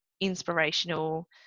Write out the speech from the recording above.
inspirational